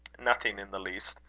nothing in the least.